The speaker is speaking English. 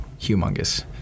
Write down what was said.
Humongous